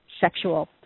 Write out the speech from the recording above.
sexual